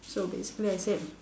so basically I said